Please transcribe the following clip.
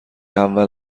اول